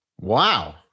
Wow